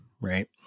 Right